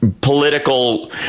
political